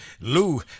Lou